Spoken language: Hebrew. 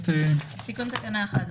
תיקון תקנה אחד,